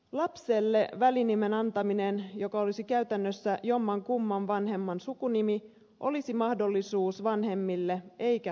lapselle välinimen antaminen joka olisi käytännössä jommankumman vanhemman sukunimi olisi mahdollisuus vanhemmille eikä pakollista